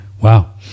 wow